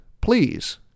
please